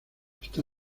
está